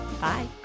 Bye